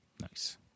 nice